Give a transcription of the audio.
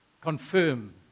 confirm